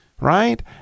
Right